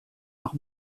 leurs